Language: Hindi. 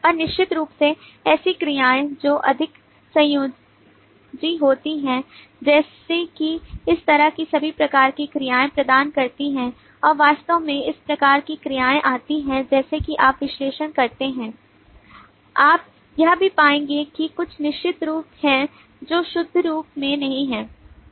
और निश्चित रूप से ऐसी क्रियाएं जो अधिक संयोजी होती हैं जैसे कि इस तरह की सभी प्रकार की क्रियाएं प्रदान करती हैं और वास्तव में इस प्रकार की क्रियाएं आती हैं जैसा कि आप विश्लेषण करते हैं और आप यह भी पाएंगे कि कुछ निश्चित रूप हैं जो शुद्ध रूप में नहीं हैं